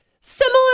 similar